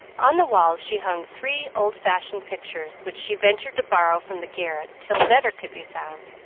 on the walls she hung three old-fashioned pictures, which she ventured to borrow from the garret till better could be found.